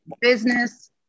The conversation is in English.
business